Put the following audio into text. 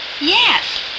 Yes